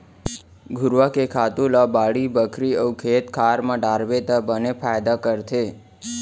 घुरूवा के खातू ल बाड़ी बखरी अउ खेत खार म डारबे त बने फायदा करथे